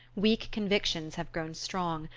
weak convictions have grown strong,